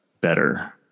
better